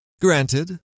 Granted